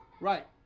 right